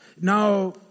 Now